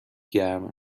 گرم